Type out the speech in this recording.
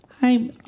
Hi